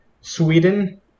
Sweden